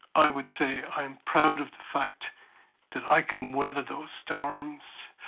i would say i'm proud of the fact that i can weather those storms